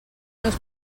meus